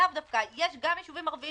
יש גם יישובים ערביים